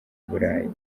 burayi